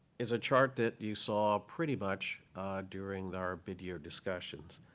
is a chart that you saw pretty much during our video discussions.